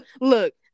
Look